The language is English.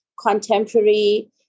contemporary